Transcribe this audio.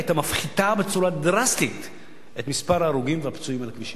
היתה מפחיתה בצורה דרסטית את מספר ההרוגים והפצועים על הכבישים,